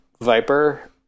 Viper